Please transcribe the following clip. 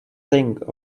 think